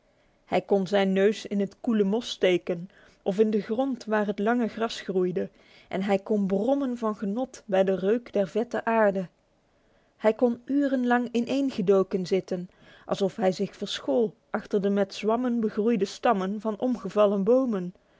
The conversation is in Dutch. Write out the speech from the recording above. hij kon zijn neus in het koele mos steken of in de grond waar het lange gras groeide en hij kon brommen van genot bij de reuk der vette aarde hij kon urenlang ineengedoken zitten alsof hij zich verschool achter de met zwammen begroeide stammen van omgevallen bomen